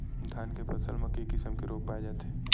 धान के फसल म के किसम के रोग पाय जाथे?